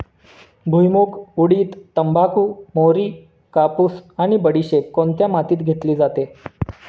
भुईमूग, उडीद, तंबाखू, मोहरी, कापूस आणि बडीशेप कोणत्या मातीत घेतली जाते?